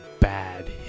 bad